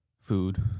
food